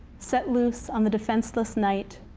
set loose on the defenseless night,